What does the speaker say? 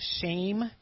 shame